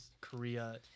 Korea